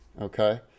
Okay